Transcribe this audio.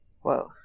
Whoa